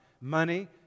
Money